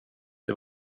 det